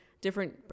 different